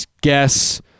guess